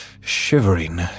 shivering